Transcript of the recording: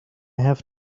have